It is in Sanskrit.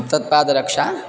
तत्पादरक्षा